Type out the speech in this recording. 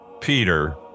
Peter